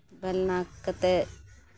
ᱵᱮᱞᱱᱟ ᱠᱟᱛᱮᱫ